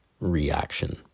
reaction